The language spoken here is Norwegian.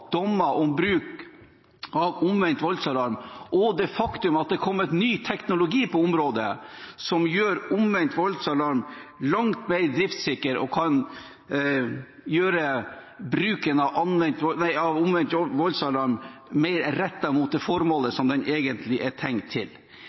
dommer om bruk av omvendt voldsalarm og det faktum at det er kommet ny teknologi på området som gjør omvendt voldsalarm langt mer driftssikker og kan gjøre bruken av omvendt voldsalarm mer rettet mot formålet som den egentlig er tenkt til. Derfor går det